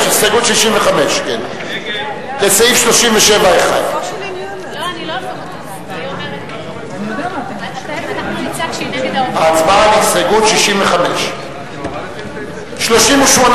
לסעיף 37(1). ההצבעה על הסתייגות 65. ההסתייגות